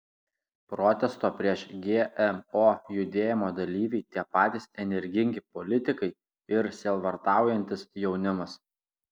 protesto prieš gmo judėjimo dalyviai tie patys energingi politikai ir sielvartaujantis jaunimas